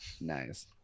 nice